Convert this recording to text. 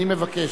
אני מבקש.